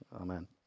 Amen